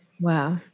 Wow